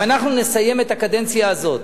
אם אנחנו נסיים את הקדנציה הזאת,